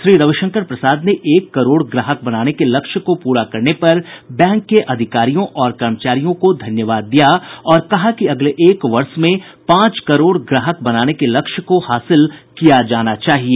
श्री रविशंकर प्रसाद ने एक करोड़ ग्राहक बनाने के लक्ष्य को पूरा करने पर बैंक के अधिकारियों और कर्मचारियों को धन्यवाद दिया और कहा कि अगले एक वर्ष में पांच करोड़ ग्राहक बनाने के लक्ष्य को हासिल किया जाना चाहिए